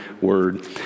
word